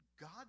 God